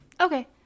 Okay